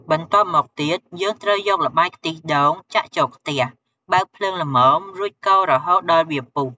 បន្ទាប់មកទៀត យើងត្រូវយកល្បាយខ្ទិះដូងចាក់ចូលខ្ទះ បើកភ្លើងល្មម រួចកូររហូតដល់វាពុះ។